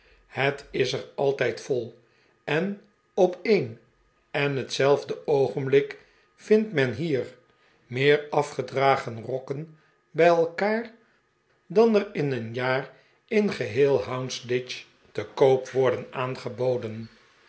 het is er altijd vol en op een en hetzelfde oogenblik vindt men hier meer afgedragen rokken bij elkaar dan er in een jaar in geheel houndsditch te koop worden aangeboden